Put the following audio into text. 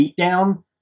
beatdown